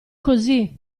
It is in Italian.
così